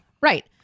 right